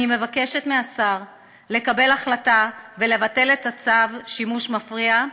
אני מבקשת מהשר לקבל החלטה ולבטל את צו שימוש מפריע.